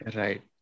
right